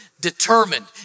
Determined